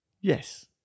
yes